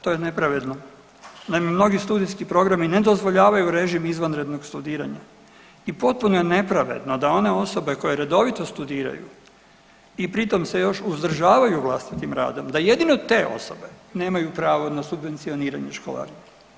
To je nepravedno, naime mnogi studijski programi ne dozvoljavaju režim izvanrednog studiranja i potpuno je nepravedno da one osobe koje redovito studiraju i pri tom se još uzdržavaju vlastitim radom, da jedino te osobe nemaju pravo na subvencioniranje školarine.